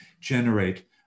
generate